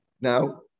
now